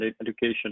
education